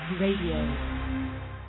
Radio